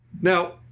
Now